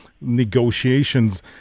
negotiations